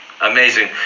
Amazing